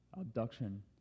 Abduction